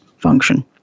Function